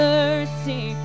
mercy